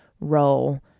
role